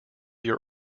your